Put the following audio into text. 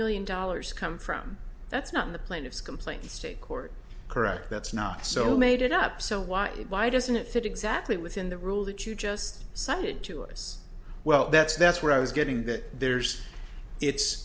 million dollars come from that's not in the plaintiff's complaint in state court correct that's not so made it up so why it why doesn't it fit exactly within the rule that you just cited to us well that's that's what i was getting that there's it's